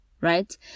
right